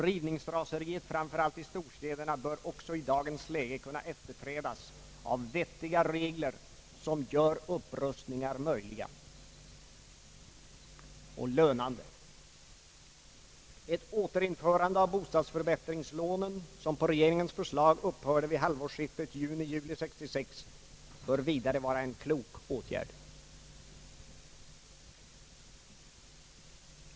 Rivningsraseriet framför allt i storstäderna bör också i dagens läge kunna efterträdas av vettigare regler som gör upprustningar möjliga. Ett återinförande av bostadsförbättringslånen, som på regeringens förslag upphörde vid halvårsskiftet juni—juli 1966, bör vidare vara en klok åtgärd.